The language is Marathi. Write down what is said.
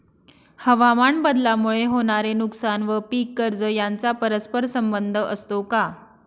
हवामानबदलामुळे होणारे नुकसान व पीक कर्ज यांचा परस्पर संबंध असतो का?